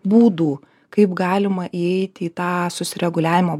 būdų kaip galima įeiti į tą susireguliavimo